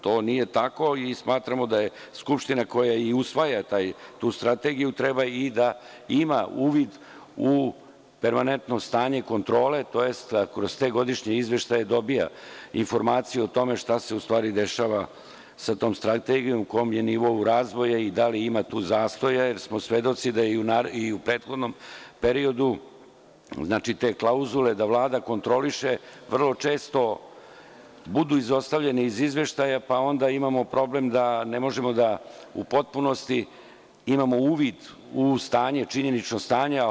To nije tako i smatramo da je Skupština koja i usvaja tu strategiju treba i da ima uvid u permanentno stanje kontrole, tj. kroz te godišnje izveštaje da dobija informaciju o tome šta se u stvari dešava sa tom strategijom, na kom je nivou razvoja i da li ima tu zastoja, jer smo svedoci da i u prethodnom periodu, znači te klauzule, da Vlada kontroliše, vrlo često budu izostavljene iz izveštaja pa onda imamo problem da ne možemo da u potpunosti imamo uvid u činjenično stanje.